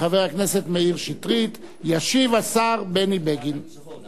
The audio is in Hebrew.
חבר הכנסת מאיר שטרית, אשר ביקשו יחד